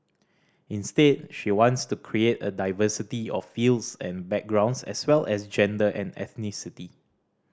instead she wants to create a diversity of fields and backgrounds as well as gender and ethnicity